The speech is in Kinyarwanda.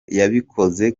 yabikoze